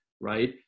right